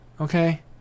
okay